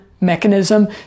mechanism